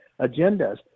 agendas